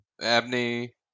Abney